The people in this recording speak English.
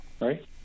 right